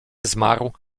zmarł